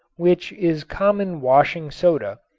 which is common washing soda,